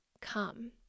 come